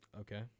Okay